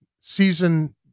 season